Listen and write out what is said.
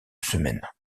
semaine